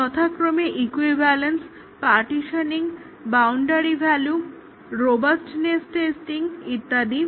যথাক্রমে equivalence partitioning boundary value robustness testing ইত্যাদি